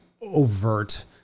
overt